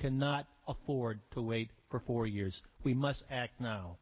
cannot afford to wait for four years we must act now